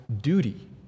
duty